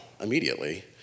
immediately